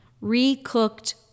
re-cooked